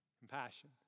Compassion